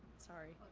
sorry.